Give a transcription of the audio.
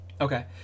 Okay